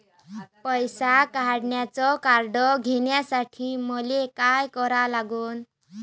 पैसा काढ्याचं कार्ड घेण्यासाठी मले काय करा लागन?